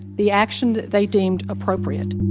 the action that they deemed appropriate